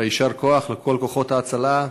יישר כוח לכל כוחות ההצלה,